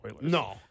No